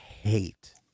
hate